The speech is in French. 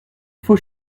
faut